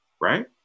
right